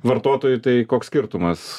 vartotojui tai koks skirtumas